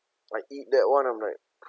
like eat that one I'm like